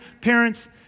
parents